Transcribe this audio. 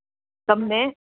તમને